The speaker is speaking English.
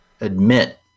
admit